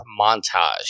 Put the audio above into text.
montage